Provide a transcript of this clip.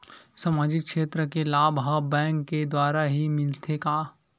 सामाजिक क्षेत्र के लाभ हा बैंक के द्वारा ही मिलथे का?